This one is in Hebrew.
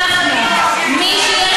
מי יאשר?